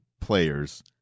players